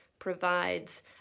provides